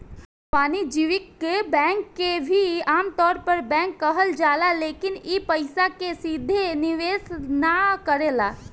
वाणिज्यिक बैंक के भी आमतौर पर बैंक कहल जाला लेकिन इ पइसा के सीधे निवेश ना करेला